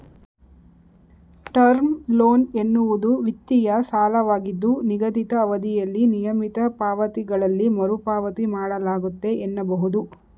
term loan ಎನ್ನುವುದು ವಿತ್ತೀಯ ಸಾಲವಾಗಿದ್ದು ನಿಗದಿತ ಅವಧಿಯಲ್ಲಿ ನಿಯಮಿತ ಪಾವತಿಗಳಲ್ಲಿ ಮರುಪಾವತಿ ಮಾಡಲಾಗುತ್ತೆ ಎನ್ನಬಹುದು